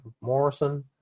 Morrison